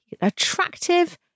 attractive